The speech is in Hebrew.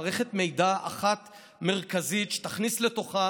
מערכת מידע אחת מרכזית שתכניס לתוכה